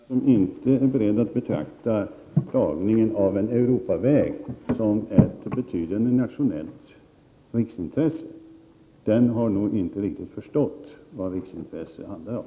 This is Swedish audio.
Fru talman! Den som inte är beredd att betrakta dragningen av en Europaväg som ett betydande riksintresse har nog inte riktigt förstått vad riksintresse handlar om.